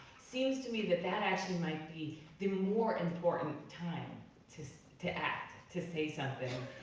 seems to me that that actually might be the more important time to to act, to say something.